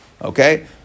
Okay